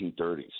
1930s